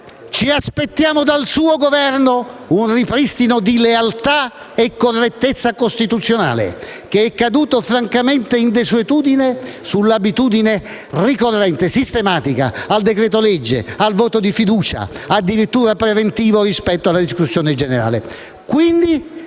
ci aspettiamo dal suo Esecutivo un ripristino di lealtà e correttezza costituzionale, che sono cadute francamente in desuetudine rispetto all'abitudine ricorrente e sistematica al decreto-legge e al voto di fiducia, addirittura preventivo rispetto alla discussione generale.